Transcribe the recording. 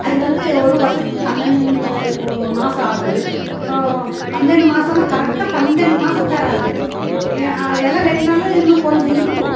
அது வந்து ஒரு வருஷத்துக்கு பன்னெண்டு மாதம் ஆகுது பன்னெண்டு மாதம்னா கரெக்டாக பன்னெண்டு மாதம் தராது எல்லாம் வெட்டினாலும் இன்னும் கொஞ்சம் இருக்கும்